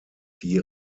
die